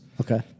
Okay